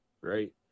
right